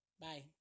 Bye